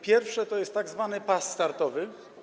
Pierwszym jest tzw. pas startowy.